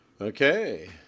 Okay